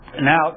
now